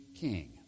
king